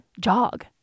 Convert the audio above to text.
jog